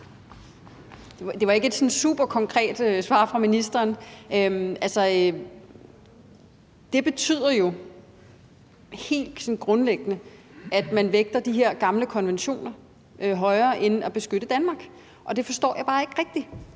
Det var ikke sådan et superkonkret svar fra ministeren. Altså, det betyder jo helt grundlæggende, at man vægter de her gamle konventioner højere end at beskytte Danmark, og det forstår jeg bare ikke rigtig.